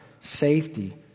safety